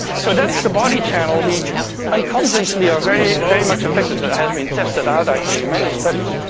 so that's the body channel. we unconsciously are very very much affected. it has been tested out actually in many studies,